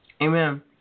Amen